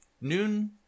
noon